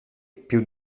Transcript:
più